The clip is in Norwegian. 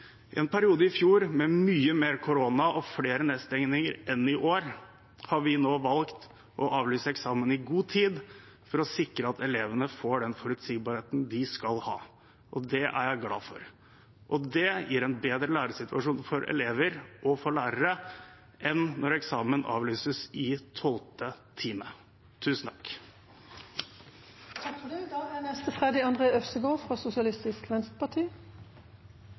en periode i fjor med mye mer korona og flere nedstengninger enn i år har vi nå valgt å avlyse eksamen i god tid for å sikre at elevene får den forutsigbarheten de skal ha, og det er jeg glad for. Det gir en bedre læringssituasjon for elever og lærere enn når eksamen avlyses i tolvte time. Pandemien har utfordret skolen på mange måter. Blant annet har det